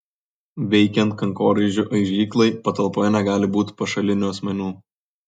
veikiant kankorėžių aižyklai patalpoje negali būti pašalinių asmenų